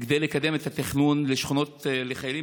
כדי לקדם את התכנון לשכונות לחיילים